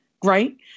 great